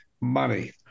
money